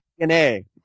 DNA